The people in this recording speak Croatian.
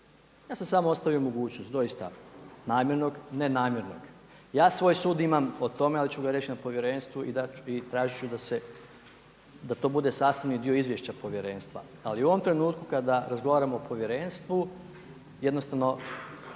Ja sam samo ostavio mogućnost, doista, namjernog, ne namjernog. Ja svoj sud imam o tome ali ću ga reći na povjerenstvu i tražiti ću da to bude sastavni dio izvješća povjerenstva. Ali u ovom trenutku kada razgovaramo o povjerenstvu jednostavno